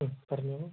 ആ പറഞ്ഞോളൂ